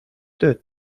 tööd